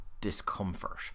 discomfort